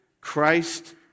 Christ